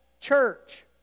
church